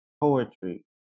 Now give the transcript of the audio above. poetry